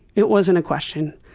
it wasn't a question.